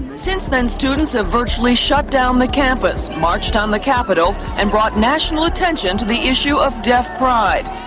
since then students have virtually shut down the campus, marched on the capitol and brought national attention to the issue of deaf pride.